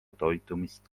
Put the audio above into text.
toitumist